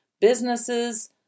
businesses